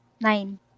Nine